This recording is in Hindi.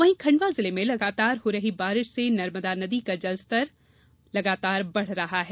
वहीं खंडवा जिले में लगातार हो रही बारिश से नर्मदा नदी का जलस्तर लगातार बड़ रहा है